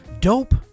dope